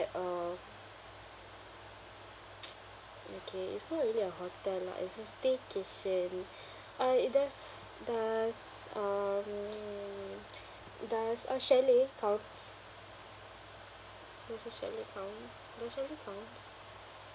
uh okay it's not really a hotel lah it's a staycation uh it does does um does a chalet counts does a chalet count does chalet count